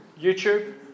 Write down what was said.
YouTube